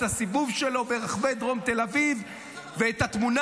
את הסיבוב שלו ברחבי דרום תל אביב ואת התמונה